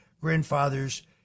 grandfathers